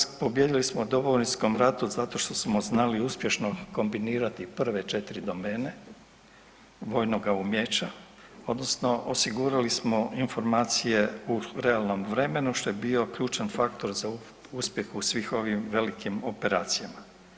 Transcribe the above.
Hrvatska, pobijedili smo u Domovinskom ratu zato što smo znali uspješno kombinirati prve 4 domene, vojnoga umijeća odnosno osigurali smo informacije u realnom vremenu, što je bio ključan faktor za uspjeh u svim ovim velikim operacijama.